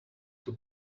too